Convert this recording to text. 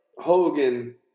Hogan